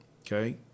Okay